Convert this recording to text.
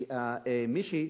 היא המאשימה,